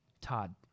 Todd